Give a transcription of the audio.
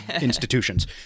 institutions